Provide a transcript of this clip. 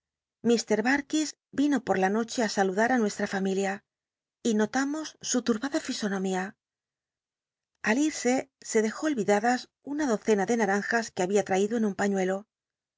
lods vino por la noche á saludal á nucsta familia y notamos su turbada fisonom ia al irse se dejó olvidadas una docena de naranjas que babia laiclo en un pañ